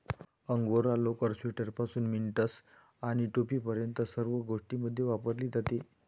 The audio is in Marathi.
अंगोरा लोकर, स्वेटरपासून मिटन्स आणि टोपीपर्यंत सर्व गोष्टींमध्ये वापरली जाते